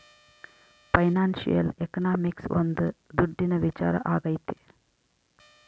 financial economics ಒಂದ್ ದುಡ್ಡಿನ ವಿಚಾರ ಆಗೈತೆ